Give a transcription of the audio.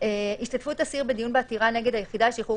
"השתתפות אסיר בדיון בעתירה נגד היחידה לשחרור